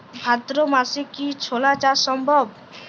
ভাদ্র মাসে কি ছোলা চাষ সম্ভব?